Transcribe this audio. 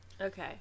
Okay